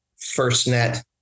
FirstNet